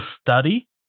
study